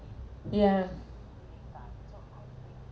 yeah